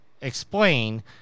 explain